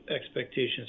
expectations